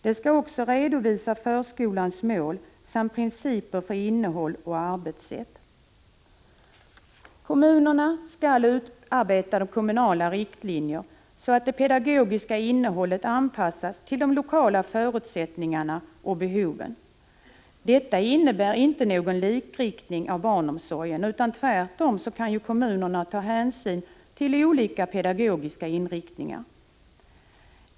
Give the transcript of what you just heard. Det skall också redovisa förskolans mål samt principer för innehåll och arbetssätt. Kommunerna skall utarbeta kommunala riktlinjer, så att det pedagogiska innehållet anpassas till de lokala förutsättningarna och behoven. Detta innebär inte någon likriktning av barnomsorgen, utan tvärtom kan ju kommunerna ta hänsyn till olika pedagogiska inriktningar.